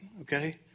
okay